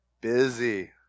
busy